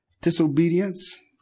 disobedience